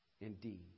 indeed